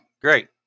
great